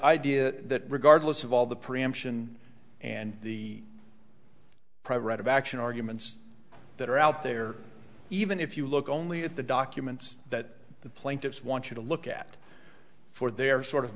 idea that regardless of all the preemption and the private right of action arguments that are out there even if you look only at the documents that the plaintiffs want you to look at for their sort of